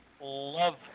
love